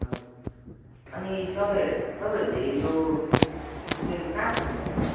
हजुर अनि तपाईँ तपाईँहरूले यो चाहिँ कहाँ खोल्नुहुन्छ